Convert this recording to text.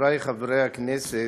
חברי חברי הכנסת,